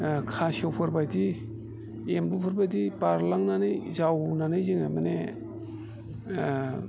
खासेवफोर बायदि एम्बुफोर बायदि बारलांनानै जावनानै जोङो माने